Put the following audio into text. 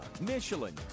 Michelin